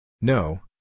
No